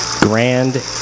grand